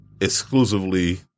exclusively